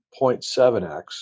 0.7X